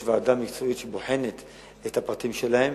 יש ועדה מקצועית שבוחנת את הפרטים שלהן,